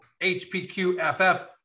HPQFF